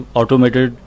automated